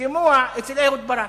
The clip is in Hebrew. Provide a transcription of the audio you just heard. לשימוע אצל אהוד ברק.